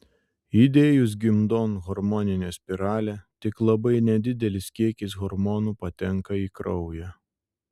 įdėjus gimdon hormoninę spiralę tik labai nedidelis kiekis hormonų patenka į kraują